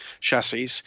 chassis